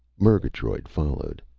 murgatroyd followed.